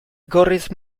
gorriz